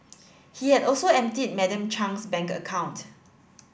he had also emptied Madam Chung's bank account